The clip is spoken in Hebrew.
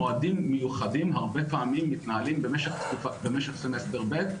מועדים מיוחדים הרבה פעמים מתנהלים במשך סמסטר ב',